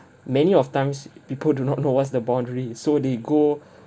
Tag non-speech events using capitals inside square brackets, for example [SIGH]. many of times people do not know what's the boundary so they go [BREATH]